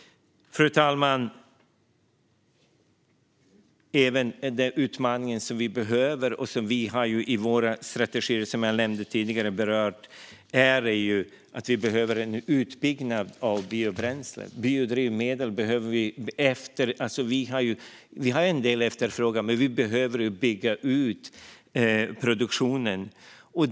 Fru talman! En annan utmaning som finns med i våra strategier, som jag nämnde tidigare, är att vi behöver en utbyggnad när det gäller biobränsle. Vi har en del efterfrågan på biodrivmedel, men vi behöver bygga ut produktionen.